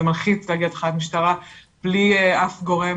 זה מלחיץ להגיע לתחנת משטרה בלי אף גורם